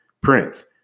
Prince